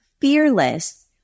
fearless